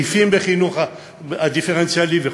סעיפים בחינוך הדיפרנציאלי וכו',